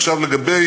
עכשיו לגבי